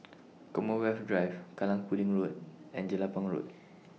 Commonwealth Drive Kallang Pudding Road and Jelapang Road